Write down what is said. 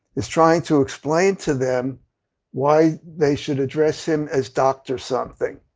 is trying to explain to them why they should address him as dr. something.